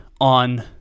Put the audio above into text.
on